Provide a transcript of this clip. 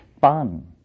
fun